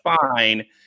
fine